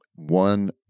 One